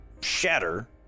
shatter